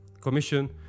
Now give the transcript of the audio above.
commission